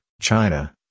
China